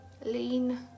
lean